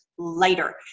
Later